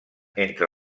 entre